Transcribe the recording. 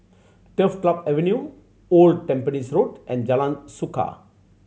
Turf Club Avenue Old Tampines Road and Jalan Suka